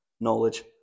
knowledge